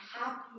happy